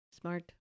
smart